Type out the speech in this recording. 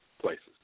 places